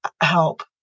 help